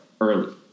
early